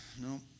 no